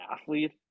athlete